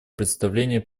представление